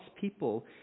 people